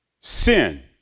sin